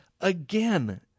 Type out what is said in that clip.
Again